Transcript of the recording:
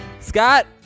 Scott